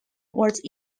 was